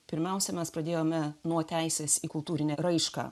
pirmiausia mes pradėjome nuo teisės į kultūrinę raišką